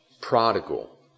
prodigal